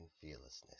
fearlessness